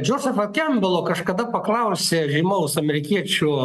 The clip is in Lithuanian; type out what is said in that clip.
džozefo kempbelo kažkada paklausė žymaus amerikiečių